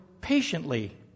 patiently